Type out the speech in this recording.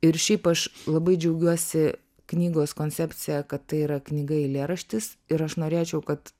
ir šiaip aš labai džiaugiuosi knygos koncepcija kad tai yra knyga eilėraštis ir aš norėčiau kad